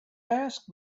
ask